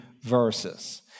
verses